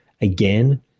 again